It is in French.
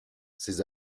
ses